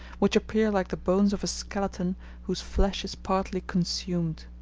which appear like the bones of a skeleton whose flesh is partly consumed.